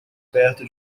perto